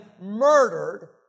murdered